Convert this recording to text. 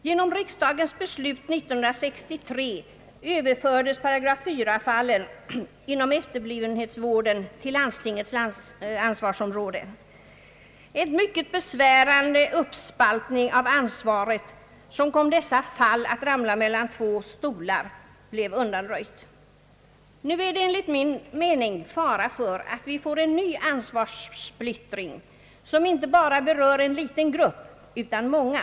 Genom riksdagens beslut 1963 överfördes § 4-fallen inom vården av efterblivna till landstingens ansvarsområde, En mycket besvärande uppspaltning av ansvaret, som kom dessa fall att »ramla mellan två stolar», undanröjdes därmed. Nu är det enligt min mening risk för att vi får en ny ansvarssplittring, som berör inte bara en liten grupp utan många.